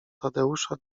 tadeusza